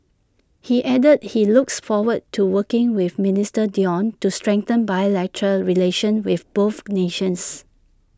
he added that he looks forward to working with minister Dion to strengthen bilateral relations between both nations